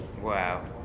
Wow